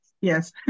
Yes